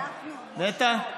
נטע?